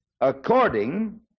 according